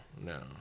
no